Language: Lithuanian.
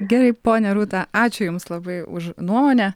gerai ponia rūta ačiū jums labai už nuomonę